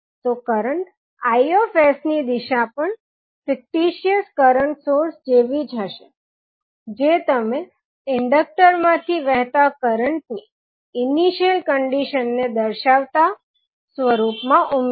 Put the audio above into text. તો current Is ની દિશા પણ ફિક્ટીટીયશ કરંટ સોર્સ જેવી જ હશે જે તમે ઇન્ડકટર માંથી વહેતા કરંટ ની ઇનીશિયલ કંડિશનને દર્શાવતા સ્વરુપમાં ઉમેરો